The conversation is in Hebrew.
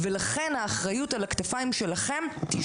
לכן, האחריות תישאר